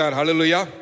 hallelujah